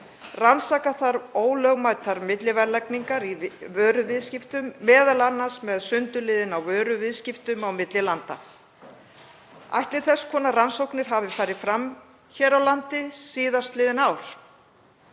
Rannsaka þarf ólögmætar milliverðlagningar vöruviðskiptum, m.a. með sundurliðun á vöruviðskiptum á milli landa. Ætli þess konar rannsóknir hafi farið fram hér á landi síðastliðin ár?